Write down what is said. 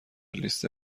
لیست